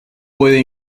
puede